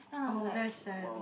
oh that's sad